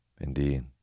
Indeed